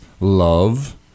love